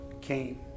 came